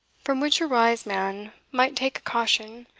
from which wise man might take a caution,